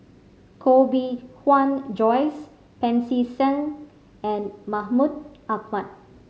Koh Bee Tuan Joyce Pancy Seng and Mahmud Ahmad